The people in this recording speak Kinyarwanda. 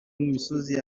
misozi